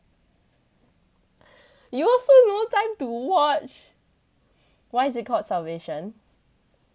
you also no time to watch why is it called salvation ah